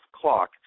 clock